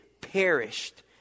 perished